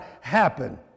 happen